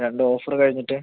രണ്ട് ഓഫറ് കഴിഞ്ഞിട്ട്